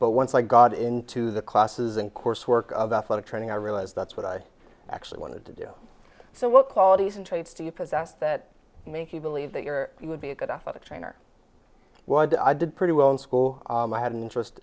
but once i got into the classes and coursework of athletic training i realized that's what i actually wanted to do so what qualities and traits do you possess that makes you believe that your you would be a good athletic trainer well i did i did pretty well in school i had an interest